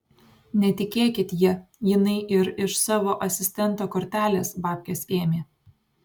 netikėkit ja jinai ir iš savo asistento kortelės babkes ėmė